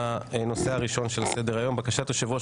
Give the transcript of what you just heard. הנושא הראשון שעל סדר היום הוא בקשת יושב-ראש